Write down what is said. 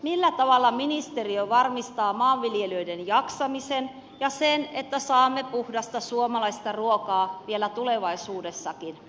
millä tavalla ministeriö varmistaa maanviljelijöiden jaksamisen ja sen että saamme puhdasta suomalaista ruokaa vielä tulevaisuudessakin